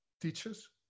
teachers